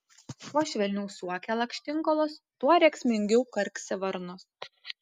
kuo švelniau suokia lakštingalos tuo rėksmingiau karksi varnos